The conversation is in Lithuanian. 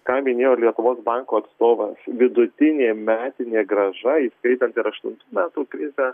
ką minėjo lietuvos banko atstovas vidutinė metinė grąža įskaitant ir aštuntų metų krizę